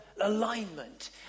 alignment